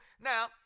Now